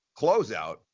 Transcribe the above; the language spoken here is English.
closeout